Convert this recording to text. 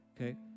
Okay